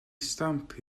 stamp